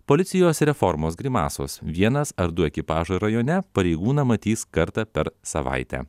policijos reformos grimasos vienas ar du ekipažai rajone pareigūną matys kartą per savaitę